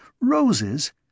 Roses